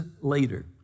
later